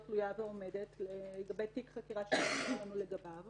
תלויה ועומדת לגבי תיק חקירה שחקרנו לגביו